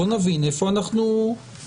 בואו נבין איפה אנחנו עומדים.